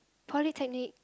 polytechnic